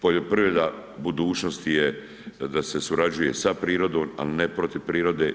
Poljoprivreda budućnosti je da se surađuje sa prirodom, a ne protiv prirode.